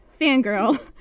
fangirl